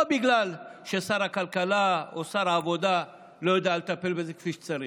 לא בגלל ששר הכלכלה או שר העבודה לא יודעים לטפל בזה כפי שצריך,